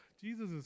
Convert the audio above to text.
Jesus